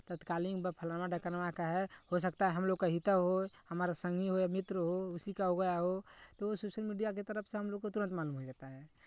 तत्कालीन बा फलाना ढेकनवा का है हो सकता है हम लोग का हिता हो हमारा संगी हो या मित्र हो उसी का हो गया हो तो सोशल मीडिया के तरफ से हम लोग को तुरंत मालूम हो जाता है